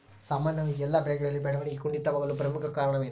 ಸಾಮಾನ್ಯವಾಗಿ ಎಲ್ಲ ಬೆಳೆಗಳಲ್ಲಿ ಬೆಳವಣಿಗೆ ಕುಂಠಿತವಾಗಲು ಪ್ರಮುಖ ಕಾರಣವೇನು?